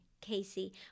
Casey